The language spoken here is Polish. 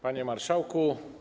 Panie Marszałku!